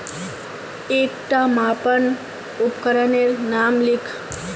एकटा मापन उपकरनेर नाम लिख?